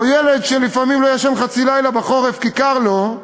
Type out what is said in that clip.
או ילד שלפעמים לא ישן חצי לילה בחורף כי קר לו,